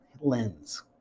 lens